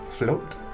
Float